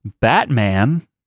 Batman